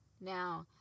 Now